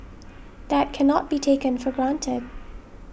that cannot be taken for granted